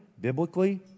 biblically